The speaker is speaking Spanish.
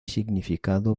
significado